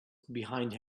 behind